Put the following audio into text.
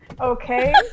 Okay